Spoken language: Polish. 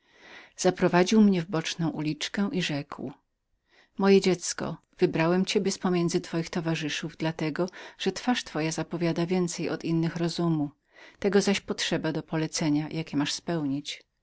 zaprowadził mnie w ciasną uliczkę i rzekł moje dziecko wybrałem ciebie z pomiędzy twoich towarzyszów dla tego że twarz twoja zapowiada więcej od innych rozumu tego zaś potrzeba do polecenia jakie masz spełnić